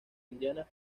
indiana